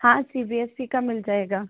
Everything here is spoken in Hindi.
हाँ सी बी एस ई का मिल जाएगा